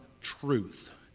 truth